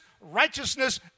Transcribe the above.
righteousness